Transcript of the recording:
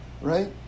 Right